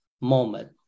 moment